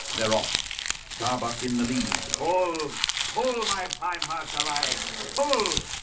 they're all starbuck in the mean ol hole my fine heart shall i pull?